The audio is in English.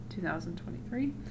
2023